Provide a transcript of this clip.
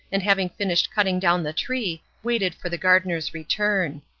and having finished cutting down the tree waited for the gardener's return.